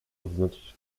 oznaczać